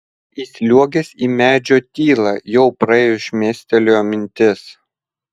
įsliuogęs į medžio tylą jau praėjus šmėstelėjo mintis